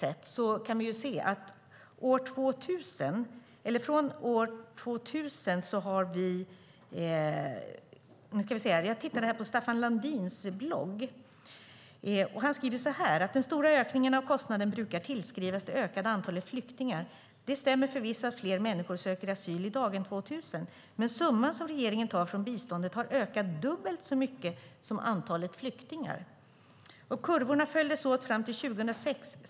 Staffan Landin skriver så här på sin blogg: Den stora ökningen av kostnader brukar tillskrivas det ökade antalet flyktingar. Det stämmer förvisso att fler människor söker asyl i dag än år 2000. Men summan som regeringen tar från biståndet har ökat dubbelt så mycket som antalet flyktingar. Kurvorna följdes åt fram till 2006.